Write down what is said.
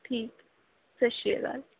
ਠੀਕ ਸੱਤਿ ਸ਼੍ਰੀ ਅਕਾਲ